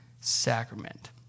sacrament